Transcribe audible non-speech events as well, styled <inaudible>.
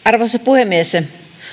<unintelligible> arvoisa puhemies